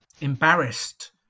embarrassed